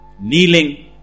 Kneeling